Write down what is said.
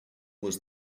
was